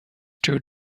through